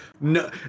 no